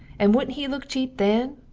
and woodnt he look chepe then?